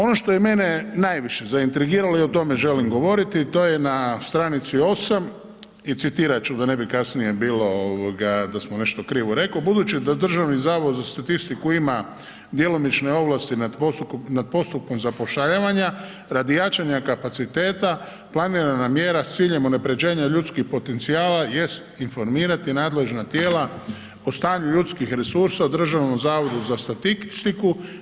Ono što je mene najviše zaintrigiralo i o tome želim govoriti a to je na stranici 8 i citirati ću da ne bi kasnije bilo da sam nešto krivo rekao, budući da Državni zavod za statistiku ima djelomične ovlasti nad postupkom zapošljavanja radi jačanja kapaciteta planirana mjera sa ciljem unapređenja ljudskih potencijala jest informirati nadležna tijela o stanju ljudskih resursa Državnom zavodu za statistiku.